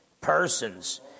persons